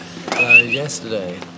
Yesterday